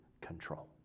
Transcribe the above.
control